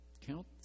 Count